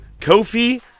Kofi